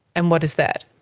and what is that?